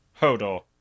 Hodor